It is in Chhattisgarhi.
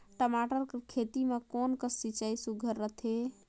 टमाटर कर खेती म कोन कस सिंचाई सुघ्घर रथे?